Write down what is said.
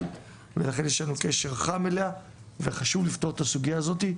ולכן יש לנו קשר חם אליה וחשוב לפתור את הסוגיה הזאת.